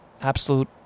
absolute